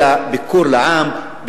אלא ביקור לעם,